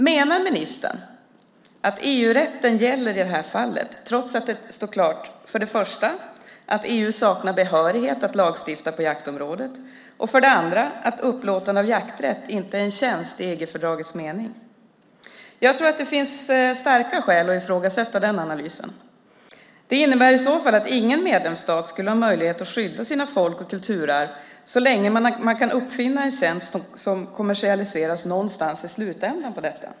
Menar ministern att EU-rätten gäller i det här fallet trots att det står klart för det första att EU saknar behörighet att lagstifta på jaktområdet och för det andra att upplåtande av jakträtt inte är tjänst i EG-fördragets mening? Jag tror att det finns starka skäl att ifrågasätta den analysen. Det innebär i så fall att ingen medlemsstat skulle ha möjlighet att skydda sina folk eller kulturarv så länge det går att uppfinna en tjänst som kommersialiseras någonstans i slutändan av detta.